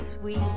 sweet